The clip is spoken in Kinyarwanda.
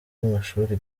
amashuri